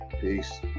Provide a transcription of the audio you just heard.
Peace